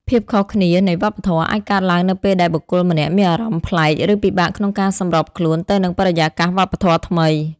ភាពខុសគ្នានៃវប្បធម៌ អាចកើតឡើងនៅពេលដែលបុគ្គលម្នាក់មានអារម្មណ៍ប្លែក ឬពិបាកក្នុងការសម្របខ្លួនទៅនឹងបរិយាកាសវប្បធម៌ថ្មី។